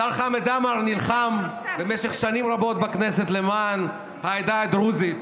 השר חמד עמאר נלחם למען העדה הדרוזית